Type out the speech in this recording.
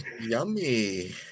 yummy